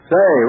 Say